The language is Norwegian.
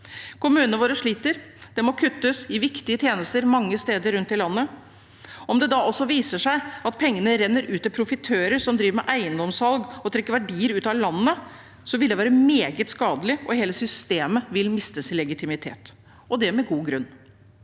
Kommunene våre sliter. Det må kuttes i viktige tjenester mange steder rundt om i landet. Om det da også viser seg at pengene renner ut til profitører som driver med eiendomssalg og trekker verdier ut av landet, vil det være meget skadelig, og hele systemet vil miste sin legitimitet – og det med god grunn.